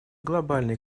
глобальный